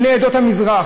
בני עדות המזרח,